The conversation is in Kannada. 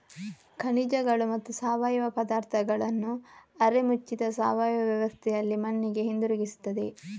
ಖನಿಜಗಳು ಮತ್ತು ಸಾವಯವ ಪದಾರ್ಥಗಳನ್ನು ಅರೆ ಮುಚ್ಚಿದ ಸಾವಯವ ವ್ಯವಸ್ಥೆಯಲ್ಲಿ ಮಣ್ಣಿಗೆ ಹಿಂತಿರುಗಿಸುತ್ತದೆ